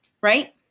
Right